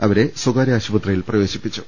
അവരെ സ്വകാര്യാശുപത്രിയിൽ പ്രവേശിപ്പിച്ചു